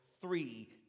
three